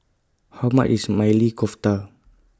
How much IS Maili Kofta